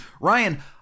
Ryan